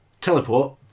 Teleport